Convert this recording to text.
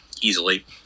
easily